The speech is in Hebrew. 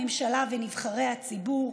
הממשלה ונבחרי הציבור,